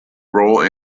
role